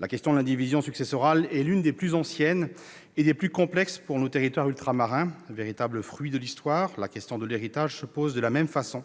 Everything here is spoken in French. et de l'indivision successorale est l'une des plus anciennes et des plus complexes pour nos territoires ultramarins. Véritable fruit de l'histoire, elle se pose de la même façon